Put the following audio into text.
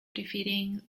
defeating